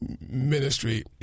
ministry